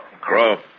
Crow